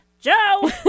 Joe